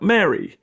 Mary